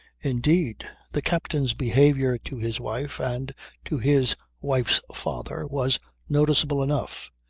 indeed, the captain's behaviour to his wife and to his wife's father was noticeable enough.